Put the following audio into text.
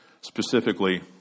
Specifically